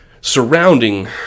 Surrounding